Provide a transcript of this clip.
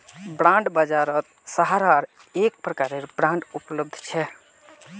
bond बाजारत सहारार अनेक प्रकारेर बांड उपलब्ध छ